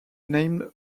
named